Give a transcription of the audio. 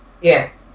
Yes